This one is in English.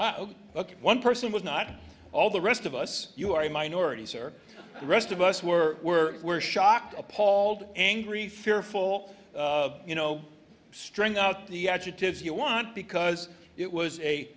ok one person was not all the rest of us you are minorities or the rest of us were were were shocked appalled angry fearful you know string out the adjectives you want because it was a